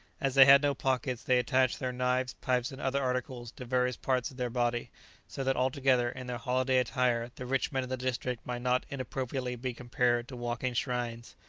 as they had no pockets, they attached their knives, pipes and other articles to various parts of their body so that altogether, in their holiday attire, the rich men of the district might not inappropriately be compared to walking shrines.